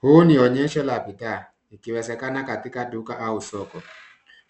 Huu ni uonyesho la bidhaa, ikiwezekana katika duka au soko.